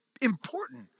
important